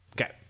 okay